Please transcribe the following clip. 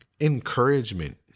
encouragement